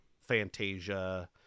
Fantasia